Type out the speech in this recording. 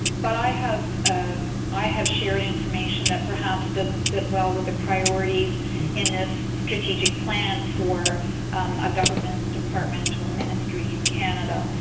but i have um i have shared information that perhaps doesn't sit well with the priorities in a strategic plan for a government, department or ministry in canada,